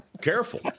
careful